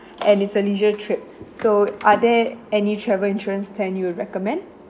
and is a leisure trip so are there any travel insurance plan you would recommend